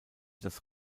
das